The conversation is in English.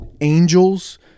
angels